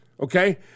Okay